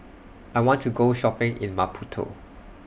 I want to Go Shopping in Maputo